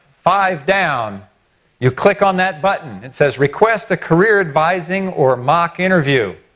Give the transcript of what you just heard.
five down you click on that button, it says request a career advising or mock interview.